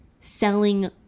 selling